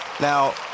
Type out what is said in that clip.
Now